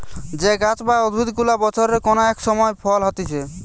যে গাছ বা উদ্ভিদ গুলা বছরের কোন এক সময় ফল হতিছে